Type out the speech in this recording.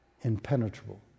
Impenetrable